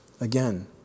Again